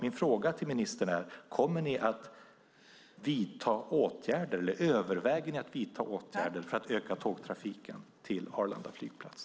Min fråga till ministern är: Överväger ni att vidta åtgärder för att öka tågtrafiken till Arlanda flygplats?